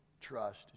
trust